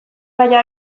baina